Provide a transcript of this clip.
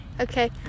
Okay